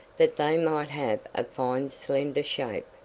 that they might have a fine slender shape,